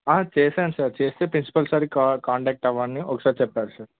చేసాను సార్ చేస్తే ప్రిన్సిపల్ సార్కి కా కాంటాక్ట్ అవ్వండి ఒకసారి చెప్పారు సార్